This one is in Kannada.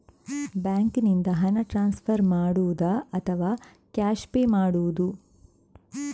ಬ್ಯಾಂಕಿನಿಂದ ಹಣ ಟ್ರಾನ್ಸ್ಫರ್ ಮಾಡುವುದ ಅಥವಾ ಕ್ಯಾಶ್ ಪೇ ಮಾಡುವುದು?